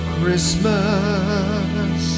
Christmas